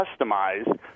customize